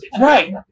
Right